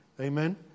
Amen